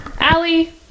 Allie